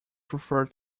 prefer